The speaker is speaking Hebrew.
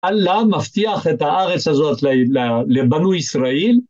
אללה מבטיח את הארץ הזאת לבנו ישראל.